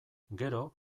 gero